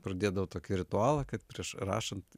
pradėdavo tokį ritualą kad prieš rašant